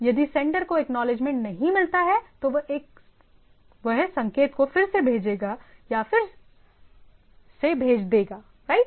यदि सेंडर को एक्नॉलेजमेंट नहीं मिलता है तो वह संकेत को फिर से भेजेगा या फिर से भेज देगा राइट